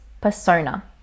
persona